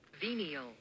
Venial